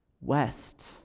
west